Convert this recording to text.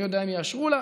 אני יודע אם יאשרו לה?